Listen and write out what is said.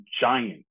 giants